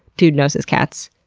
dude knows his cats.